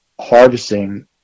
harvesting